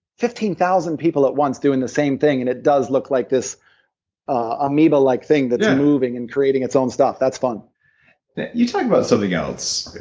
fifteen thousand people at once doing the same thing, and it does look like this amoebalike thing that's moving and creating its own stuff. that's fun you talk about something else,